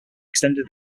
extended